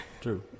True